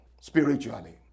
spiritually